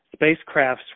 spacecrafts